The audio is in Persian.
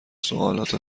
سوالات